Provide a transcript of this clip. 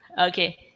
Okay